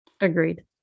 agreed